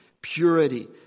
purity